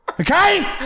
Okay